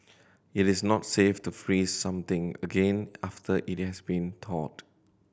it is not safe to freeze something again after it has been thawed